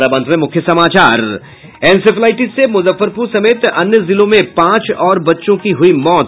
और अब अंत में मुख्य समाचार इंसेफ्लाइटिस से मुजफ्फरपुर समेत अन्य जिलों में पांच और बच्चों की हुई मौत